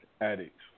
addicts